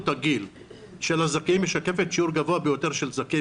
הגיל של הזכאים משקפת שיעור גבוה ביותר של זכאים